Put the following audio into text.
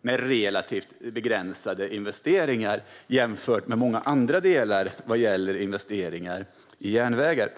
med relativt begränsade investeringar, jämfört med många andra delar vad gäller investeringar i järnvägar.